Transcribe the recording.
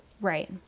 Right